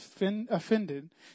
offended